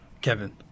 Kevin